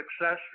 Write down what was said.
success